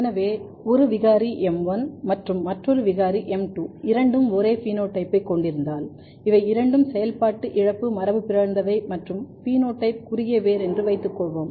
எனவே ஒரு விகாரி m1 மற்றும் மற்றொரு விகாரி m2 இரண்டும் ஒரே பினோடைப்பைக் கொண்டிருந்தால் இவை இரண்டும் செயல்பாட்டு இழப்பு மரபுபிறழ்ந்தவை மற்றும் பினோடைப் குறுகிய வேர் என்று வைத்துக் கொள்வோம்